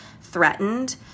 threatened